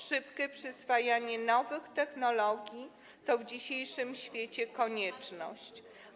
Szybkie przyswajanie nowych technologii to w dzisiejszym świecie konieczność.